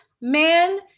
man